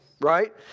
Right